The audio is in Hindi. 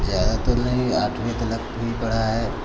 ज़्यादा तो नहीं आठवीं तक ही पढ़ा है